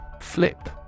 Flip